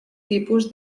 tipus